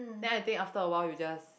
then I think after awhile you just